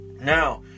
now